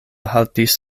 haltis